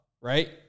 right